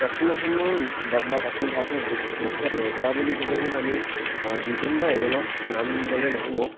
প্ৰাচীন অসমৰ বা বা প্ৰাচীন ভাৰতৰ বিক বিখ্যাত ৰজা বুলি ক'বলৈ গ'লে আমি দুজন বা এজনক নাম ল'লে নহ'ব